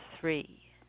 three